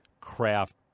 craft